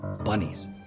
Bunnies